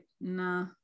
nah